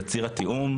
זה ציר התיאום,